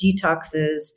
detoxes